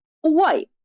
white